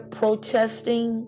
protesting